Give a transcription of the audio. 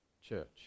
church